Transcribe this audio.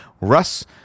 Russ